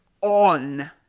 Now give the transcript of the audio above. on